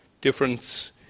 Difference